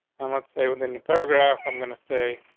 and let's say within the program, i'm gonna say,